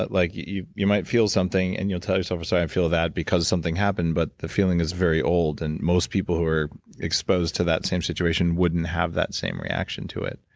like you you might feel something, and you'll tell yourself, so i and feel that because something happened, but the feeling is very old, and most people who are exposed to that same situation wouldn't have that same reaction to it.